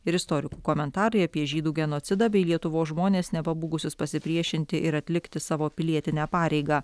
ir istorikų komentarai apie žydų genocidą bei lietuvos žmones nepabūgusius pasipriešinti ir atlikti savo pilietinę pareigą